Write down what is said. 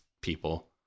people